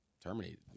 terminated